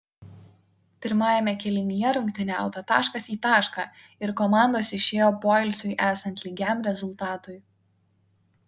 pirmajame kėlinyje rungtyniauta taškas į tašką ir komandos išėjo poilsiui esant lygiam rezultatui